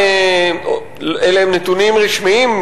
נתונים רשמיים,